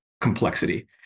complexity